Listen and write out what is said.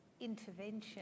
intervention